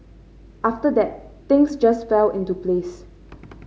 after that things just fell into place